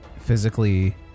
physically